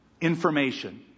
information